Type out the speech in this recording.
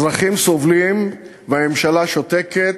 אזרחים סובלים והממשלה שותקת,